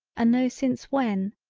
a no since when,